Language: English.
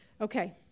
Okay